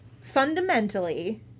fundamentally